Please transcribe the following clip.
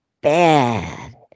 bad